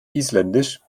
isländisch